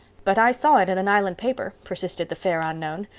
but i saw it in an island paper, persisted the fair unknown.